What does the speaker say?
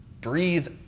breathe